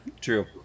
True